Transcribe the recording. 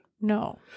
No